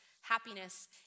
happiness